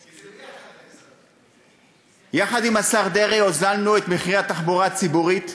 שזה יהיה 15. יחד עם השר דרעי הוזלנו את מחירי התחבורה הציבורית,